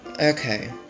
Okay